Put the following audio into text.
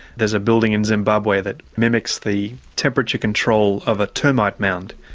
there's a building in zimbabwe that mimics the temperature control of a termite mound.